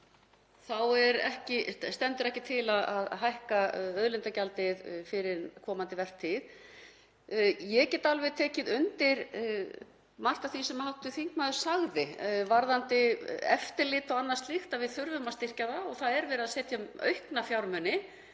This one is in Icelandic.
þá stendur ekki til að hækka auðlindagjaldið fyrir komandi vertíð. Ég get alveg tekið undir margt af því sem hv. þingmaður sagði varðandi eftirlit og annað slíkt, við þurfum að styrkja það. Það er verið að setja aukna fjármuni